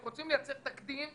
רוצים לייצר תקדים,